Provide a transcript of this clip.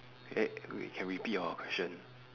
eh wait can repeat your question